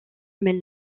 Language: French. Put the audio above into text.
mêle